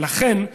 ולכן,